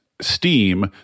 steam